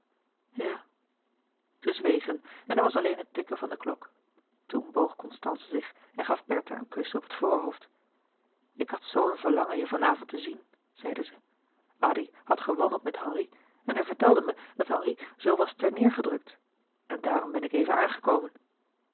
ja zij zwegen en er was alleen het tikken van de klok toen boog constance zich en gaf bertha een kus op het voorhoofd ik had zoo een verlangen je van avond te zien zeide zij addy had gewandeld met henri en hij vertelde mij dat henri zoo was ter neêr gedrukt en daarom ben ik even aangekomen